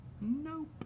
Nope